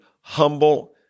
humble